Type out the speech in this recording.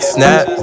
Snap